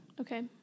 Okay